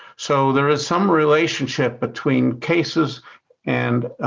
so there is some relationship between cases and.